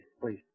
please